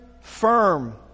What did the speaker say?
firm